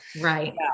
right